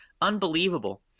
Unbelievable